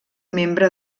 membre